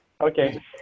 Okay